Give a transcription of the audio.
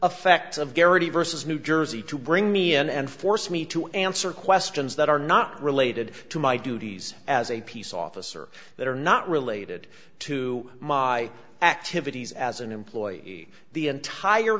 effect of garrity versus new jersey to bring me in and force me to answer questions that are not related to my duties as a peace officer that are not related to my activities as an employee the entire